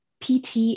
PT